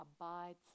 abides